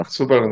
Super